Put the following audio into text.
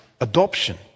adoption